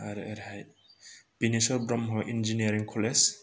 आरो ओरैहाय Bineswar Brahma engineering college